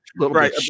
Right